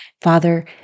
father